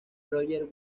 roger